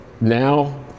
now